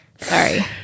Sorry